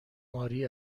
ماری